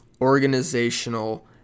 organizational